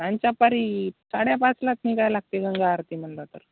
आच्यापारी साड्यापाचलाच निगायला लागतया गंगा आरती म्हणलं तर